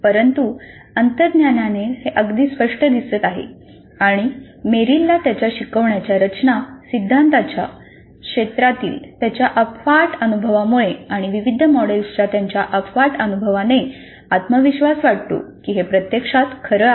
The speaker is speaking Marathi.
परंतु अंतर्ज्ञानाने हे अगदी स्पष्ट दिसत आहे आणि मेरिलला त्याच्या शिकवण्याच्या रचना सिद्धांताच्या क्षेत्रातील त्याच्या अफाट अनुभवामुळे आणि विविध मॉडेल्सच्या त्याच्या अफाट अनुभवाने आत्मविश्वास वाटतो की हे प्रत्यक्षात खरं आहे